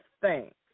thanks